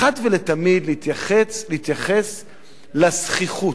אחת ולתמיד להתייחס לזחיחות,